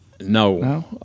No